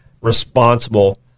responsible